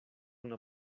una